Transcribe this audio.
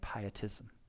pietism